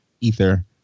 Ether